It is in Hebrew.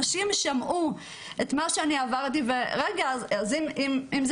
נשים שמעו את מה שאני עברתי ואמרו שאם זה